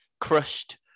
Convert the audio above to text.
crushed